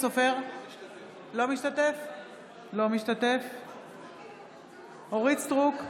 אינו משתתף בהצבעה אורית מלכה סטרוק,